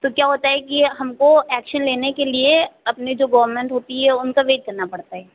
तो क्या होता है कि ये हमको ऐक्शन लेने के लिए अपने जो गौरमेन्ट होती है उनका वेट करना पड़ता है